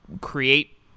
create